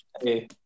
Hey